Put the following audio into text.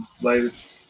latest